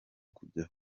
kujya